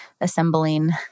assembling